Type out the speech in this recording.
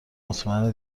مطمئن